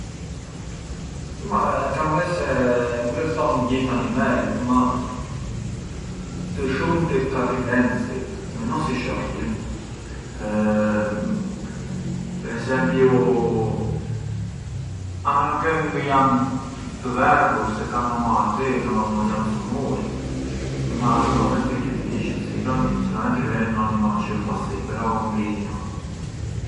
Ma kam bes se, ngë thom gjithë animejt ma, më të shumtit ka të i kenë syt, mëno si shohjën, per esempiu, a meno che ngë jan të verbur, se kan ndo mallati, se janë sumur, ma normalmenti kit’ i kishën syt, pran sicuramenti ka jetë ndo animall çë ë pa sy, però u ngë i njoh.